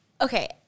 Okay